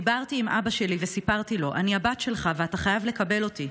דיברתי עם אבא שלי וסיפרתי לו: אני הבת שלך ואתה חייב לקבל אותי,